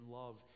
love